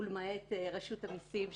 למעט רשות המיסים,